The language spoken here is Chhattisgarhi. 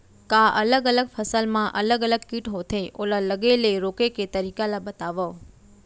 का अलग अलग फसल मा अलग अलग किट होथे, ओला लगे ले रोके के तरीका ला बतावव?